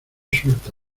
suelta